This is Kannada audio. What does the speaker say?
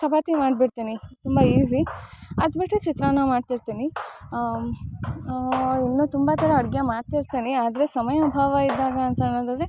ಚಪಾತಿ ಮಾಡಿಬಿಡ್ತೀನಿ ತುಂಬ ಈಸಿ ಅದುಬಿಟ್ರೆ ಚಿತ್ರಾನ್ನ ಮಾಡ್ತಿರ್ತೀನಿ ಇನ್ನು ತುಂಬ ಥರ ಅಡುಗೆ ಮಾಡ್ತಿರ್ತೀನಿ ಆದರೆ ಸಮಯ ಅಭಾವ ಇದ್ದಾಗ ಅಂತ ಅನ್ನೋದಾದರೆ